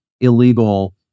illegal